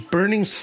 Burning